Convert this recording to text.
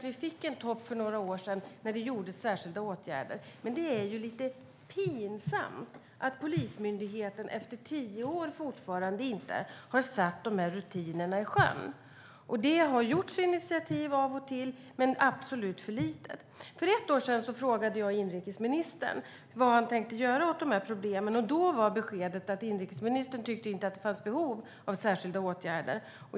Vi fick en topp för några år sedan, då det vidtogs särskilda åtgärder, men det är lite pinsamt att Polismyndigheten efter tio år fortfarande inte har sjösatt de här rutinerna. Det har tagits initiativ av och till, men absolut för lite. För ett år sedan frågade jag inrikesministern vad han tänkte göra åt de här problemen. Då var beskedet att inrikesministern inte tyckte att det fanns behov av särskilda åtgärder.